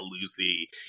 Lucy